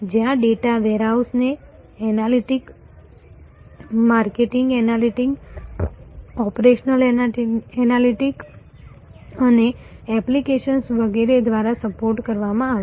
જ્યાં ડેટા વેરહાઉસને analytics marketing analytics operational analytics અને એપ્લિકેશન્સ વગેરે દ્વારા સપોર્ટ કરવામાં આવશે